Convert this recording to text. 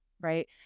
right